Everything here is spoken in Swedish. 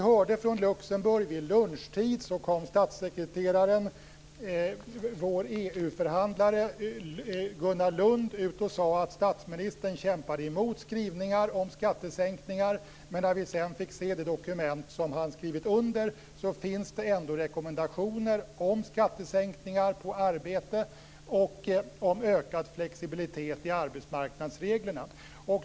Under mötet, vid lunchtid, kom statssekreterare Gunnar Lund - vår EU-förhandlare - ut och sade att statsministern kämpade emot skrivningar om skattesänkningar, men när vi sedan fick se det dokument som han hade skrivit under fanns det ändå med rekommendationer om skattesänkningar på arbete och ökad flexibilitet i arbetsmarknadsreglerna.